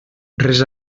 res